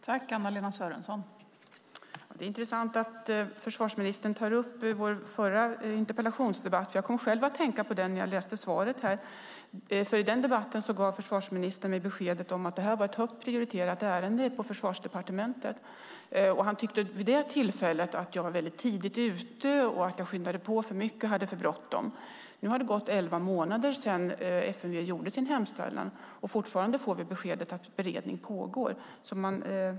Fru talman! Det är intressant att försvarsministern tar upp vår förra interpellationsdebatt. Jag kom själv att tänka på den när jag läste svaret här, för i den debatten gav försvarsministern mig beskedet att det här var ett högt prioriterat ärende på Försvarsdepartementet. Han tyckte vid det tillfället att jag var väldigt tidigt ute, att jag skyndade på för mycket och hade för bråttom. Nu har det gått elva månader sedan FMV gjorde sin hemställan, och fortfarande får vi beskedet att beredning pågår.